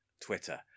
Twitter